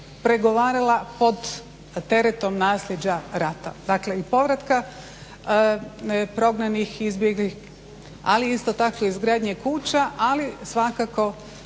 pregovarala pod teretom naslijeđa rata, dakle i povratka prognanih, izbjeglih, ali isto tako i izgradnje kuća, ali svakako